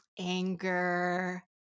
anger